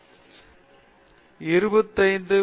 முதலில் நீங்கள் நோபல் விலை வெல்ல நீண்ட ஆயுள் வேண்டும்